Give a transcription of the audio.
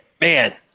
Man